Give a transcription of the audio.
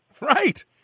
Right